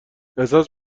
احساس